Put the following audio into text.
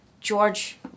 George